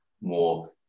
more